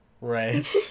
Right